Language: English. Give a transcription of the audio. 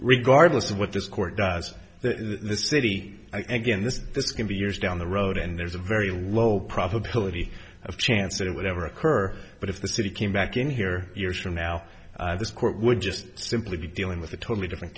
regardless of what this court does this city again this this can be years down the road and there's a very low probability of chance that it would ever occur but if the city came back in here years from now this court would just simply be dealing with a totally different